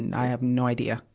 and i have no idea.